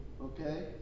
Okay